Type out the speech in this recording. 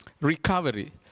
Recovery